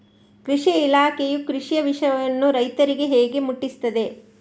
ಕೃಷಿ ಇಲಾಖೆಯು ಕೃಷಿಯ ವಿಷಯವನ್ನು ರೈತರಿಗೆ ಹೇಗೆ ಮುಟ್ಟಿಸ್ತದೆ?